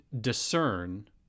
discern